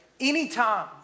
anytime